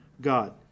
God